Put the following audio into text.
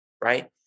right